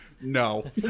no